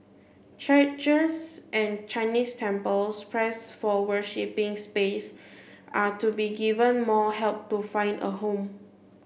churches and Chinese temples pressed for worshipping space are to be given more help to find a home